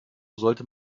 sollte